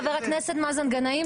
חבר הכנסת מאזן גנאים,